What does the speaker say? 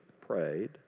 prayed